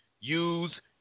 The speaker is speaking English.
use